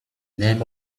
name